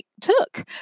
took